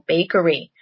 Bakery